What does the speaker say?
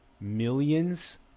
millions